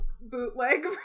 bootleg